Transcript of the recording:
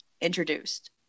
introduced